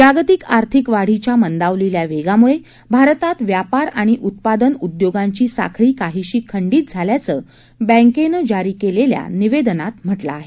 जागतिक आर्थिक वापीच्या मंदावलेल्या वेगामुळे भारतात व्यापार आणि उत्पादन उदयोगांची साखळी काहीशी खंडित झाल्याचं बँकेनं जरी केलेल्या निवेदनात म्हटलं आहे